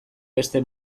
beste